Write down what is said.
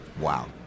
Wow